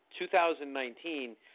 2019